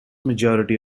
majority